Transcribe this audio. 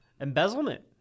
embezzlement